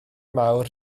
mawr